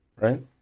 right